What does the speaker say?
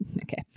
Okay